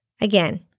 Again